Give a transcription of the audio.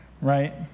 right